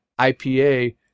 IPA